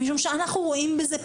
משום שאנחנו רואים בזה פתרון,